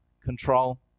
control